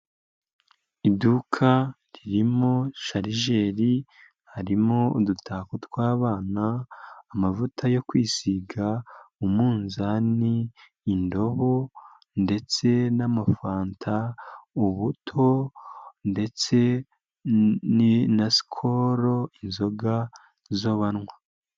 Iduka ririmo sharijeri, harimo udutako tw'abana, amavuta yo kwisiga, umunzani, indobo ndetse n'amafanta, ubuto ndetse na skoro, inzoga zo banywa.